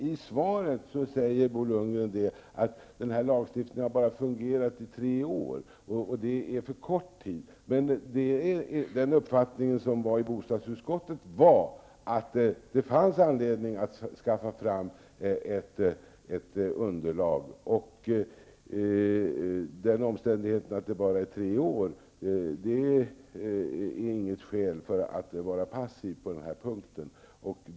I svaret säger Bo Lundgren att den här lagstiftningen bara fungerat i tre år och att det är för kort tid. Men bostadsutskottets uppfattning var, att det fanns anledning att skaffa fram ett underlag. Den omständigheten att lagstiftningen fungerat i bara tre år är inget skäl för att vara passiv på den här punkten.